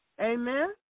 Amen